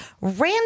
random